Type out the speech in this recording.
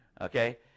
Okay